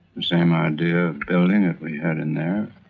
the same idea of building that we had in there,